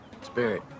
Spirit